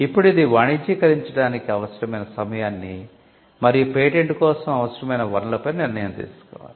ఇప్పుడు ఇది వాణిజ్యీకరించడానికి అవసరమైన సమయాన్ని మరియు పేటెంట్ కోసం అవసరమైన వనరులపై నిర్ణయం తీసుకోవాలి